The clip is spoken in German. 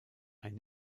ein